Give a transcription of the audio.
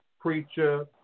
preacher